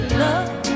love